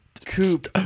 Coop